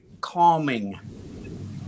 calming